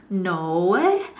no